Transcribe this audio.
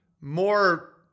more